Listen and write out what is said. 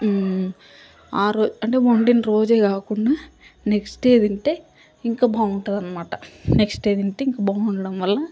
ఆరో అంటే వండిన రోజే కాకుండా నెక్స్ట్ డే తింటే ఇంకా బాగుంటుంది అనమాట నెక్స్ట్ డే ఇంకా బాగుండడం వల్ల